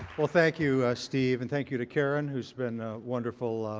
well thank you, steve. and thank you to karen who's been wonderful,